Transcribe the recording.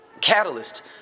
catalyst